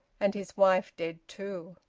and his wife dead too!